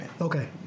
Okay